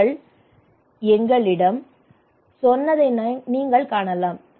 மக்கள் எங்களிடம் சொன்னதை நீங்கள் காணலாம்